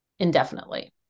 indefinitely